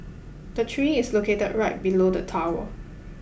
the tree is located right below the tower